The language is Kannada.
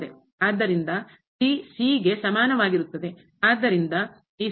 ಆದ್ದರಿಂದ c ಗೆ ಸಮಾನವಾಗಿರುತ್ತದೆ